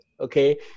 okay